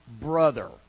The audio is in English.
brother